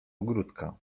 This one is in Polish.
ogródka